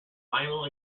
final